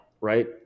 Right